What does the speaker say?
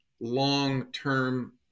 long-term